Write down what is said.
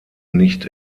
nicht